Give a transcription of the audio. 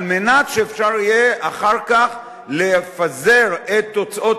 על מנת שאפשר יהיה אחר כך לפזר את תוצאות